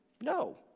No